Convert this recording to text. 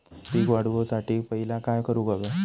पीक वाढवुसाठी पहिला काय करूक हव्या?